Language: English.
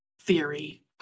theory